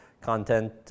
content